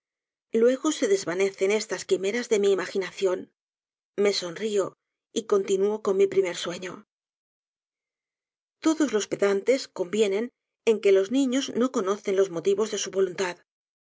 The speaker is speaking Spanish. luego se desvanecen estas quimeras de mi imaginación me sonrío y continúo con mi primer sueño todos los pedantes convienen en que los niños no conocen los motivos de su voluntad